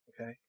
Okay